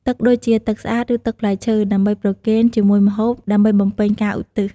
ទឹកដូចជា ទឹកស្អាត ឬទឹកផ្លែឈើ ដើម្បីប្រគេនជាមួយម្ហូប ដើម្បីបំពេញការឧទ្ទិស។